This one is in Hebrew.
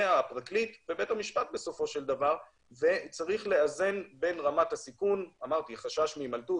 בית המשפט בסופו של דבר צריך לאזן בין רמת הסיכון כמו חשש מהימלטות,